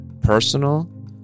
Personal